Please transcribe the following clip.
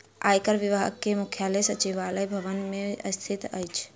आयकर विभाग के मुख्यालय सचिवालय भवन मे स्थित अछि